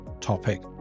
topic